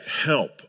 help